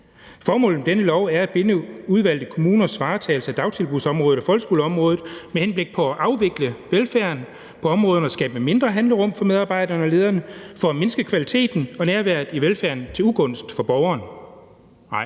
Formålet med denne lov er at binde udvalgte kommunernes varetagelse af dagtilbudsområdet og folkeskoleområdet med henblik på at afvikle velfærden på områderne og skabe mindre handlerum for medarbejderne og lederne for at mindske kvaliteten og nærværet i velfærden til ugunst for borgeren? Nej,